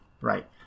right